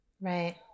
right